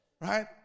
right